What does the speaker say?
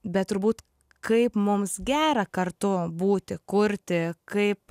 bet turbūt kaip mums gera kartu būti kurti kaip